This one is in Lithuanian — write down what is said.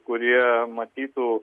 kurie matytų